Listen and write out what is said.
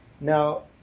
Now